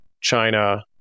China